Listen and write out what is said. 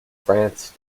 france